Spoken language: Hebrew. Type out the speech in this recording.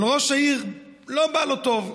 אבל ראש העיר, לא בא לו טוב,